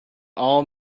all